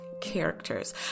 characters